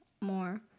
more